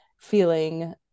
feeling